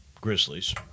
Grizzlies